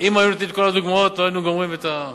אם היו נותנים את כל הדוגמאות לא היינו גומרים את,